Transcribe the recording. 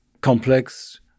complex